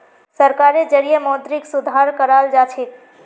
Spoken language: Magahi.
सरकारेर जरिएं मौद्रिक सुधार कराल जाछेक